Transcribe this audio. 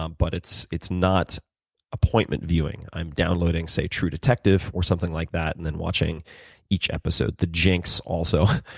um but it's it's not appointment viewing. i'm downloading say true detective or something like that and then watching each episode. the jinx also,